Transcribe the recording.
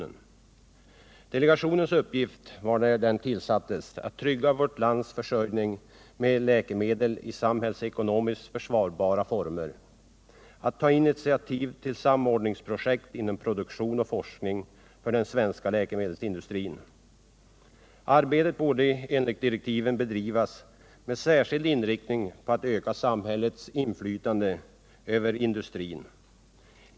Denna delegations uppgift var när den tillsattes att trygga vårt lands försörjning med läkemedel i samhällsekonomiskt försvarbara former och att ta initiativ till samordningsprojekt inom produktion och forskning för den svenska läkemedelsindustrin. Enligt direktiven borde arbetet bedrivas med särskild inriktning på att öka samhällets inflytande över denna industri.